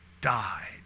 died